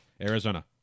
Arizona